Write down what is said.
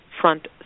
front